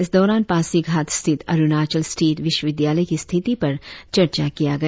इस दौरान पासीघाट स्थित अरुणाचल स्टेट विश्वविद्यालय की स्थिति पर चर्चा किया गया